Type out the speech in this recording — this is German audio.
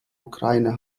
ukraine